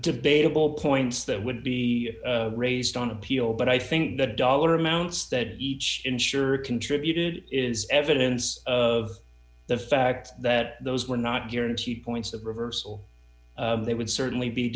debatable points that would be raised on appeal but i think that dollar amounts that each insurer contributed is evidence of the fact that those were not guaranteed points of reversal they would certainly be